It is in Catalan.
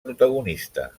protagonista